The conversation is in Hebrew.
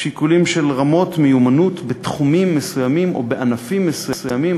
שיקולים של רמת מיומנות בתחומים מסוימים או בענפים מסוימים.